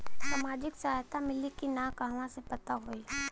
सामाजिक सहायता मिली कि ना कहवा से पता होयी?